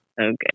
Okay